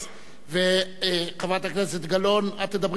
וחברת הכנסת גלאון, את תדברי חמש דקות?